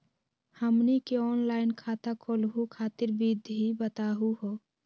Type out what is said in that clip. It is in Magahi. हमनी के ऑनलाइन खाता खोलहु खातिर विधि बताहु हो?